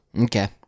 Okay